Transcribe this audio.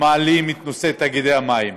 מעלים את נושא תאגידי המים,